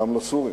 גם הסורים,